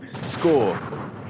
score